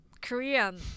korean